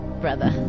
brother